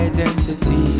Identity